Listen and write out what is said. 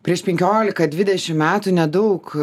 prieš penkiolika dvidešimt metų nedaug